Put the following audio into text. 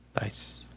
Nice